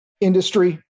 industry